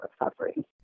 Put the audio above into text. recovery